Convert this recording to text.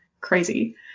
crazy